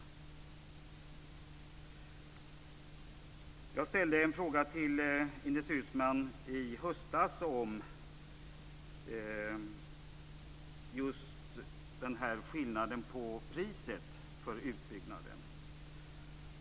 Jag ställde en fråga till Ines Uusmann i höstas om skillnaden på priset för utbyggnaden.